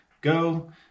go